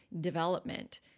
development